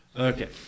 Okay